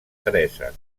teresa